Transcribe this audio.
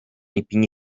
ipini